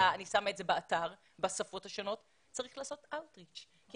שאני שמה באתר בשפות השונות אלא צריך גם לעשות אאוט ריצ' כי